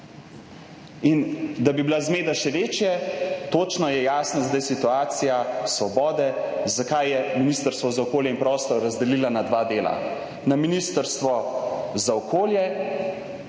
In da bi bila zmeda še večje, točno je jasna zdaj situacija Svobode, zakaj je Ministrstvo za okolje in prostor razdelila na dva dela, na ministrstvo za okolje